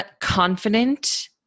Confident